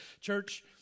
church